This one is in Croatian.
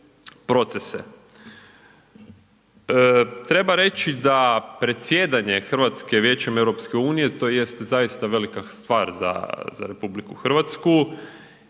Treba reći da predsjedanje Hrvatske Vijećem EU to jest zaista velika stvar za RH, ali i ovdje u